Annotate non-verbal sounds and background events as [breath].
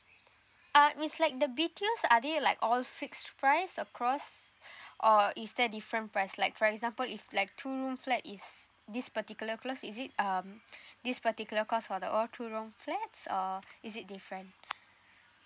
uh it's like the B_T_Os are they like all fixed price across [breath] or is there different price like for example if like two room flat is this particular cost is it um this particular cost for the all two room flats or is it different